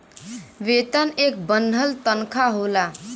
वेतन एक बन्हल तन्खा होला